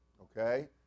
okay